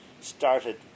started